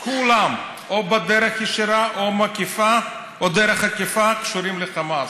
כולם או בדרך ישירה או בדרך עקיפה קשורים לחמאס.